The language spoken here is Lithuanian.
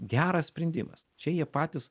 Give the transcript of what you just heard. geras sprendimas čia jie patys